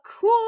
Cool